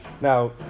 Now